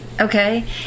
Okay